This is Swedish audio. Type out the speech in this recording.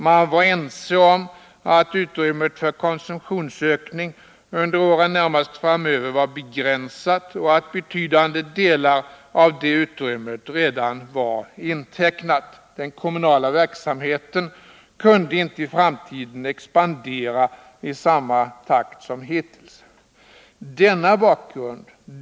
Man var ense om att utrymmet för konsumtionsökning under åren närmast framöver var begränsat och att betydande delar av det utrymmet redan var intecknat. Den kommunala verksamheten kunde inte i framtiden expandera i samma takt som hittills.